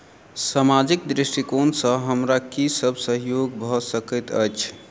सामाजिक दृष्टिकोण सँ हमरा की सब सहयोग भऽ सकैत अछि?